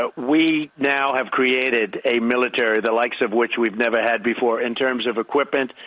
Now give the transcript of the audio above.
ah we now have created a military the likes of which we've never had before in terms of equipment,